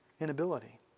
inability